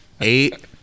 eight